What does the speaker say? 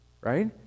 right